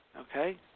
okay